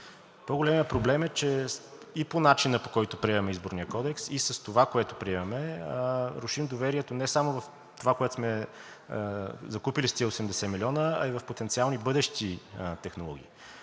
По-големият проблем е, че и по начина, по който приемаме Изборния кодекс, и с това, което приемаме, рушим доверието не само в това, което сме закупили с тези 80 милиона, а и в потенциални бъдещи технологии.